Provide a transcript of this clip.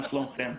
מה שלומכם?